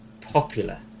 popular